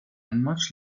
much